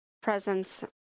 presence